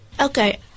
Okay